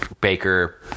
baker